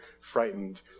frightened